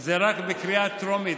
זה רק בקריאה טרומית.